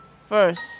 first